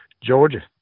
Georgia